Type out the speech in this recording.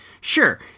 Sure